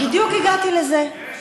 בדיוק הגעתי לזה.